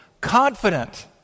confident